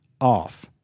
off